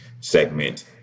segment